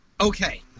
Okay